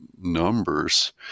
numbers